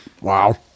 Wow